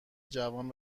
جوان